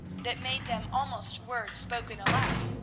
that made them almost words spoken aloud,